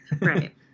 Right